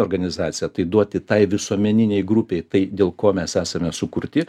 organizacija tai duoti tai visuomeninei grupei tai dėl ko mes esame sukurti